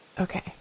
Okay